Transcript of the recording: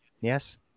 Yes